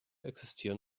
existieren